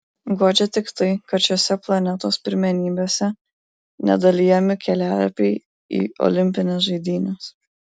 guodžia tik tai kad šiose planetos pirmenybėse nedalijami kelialapiai į olimpines žaidynes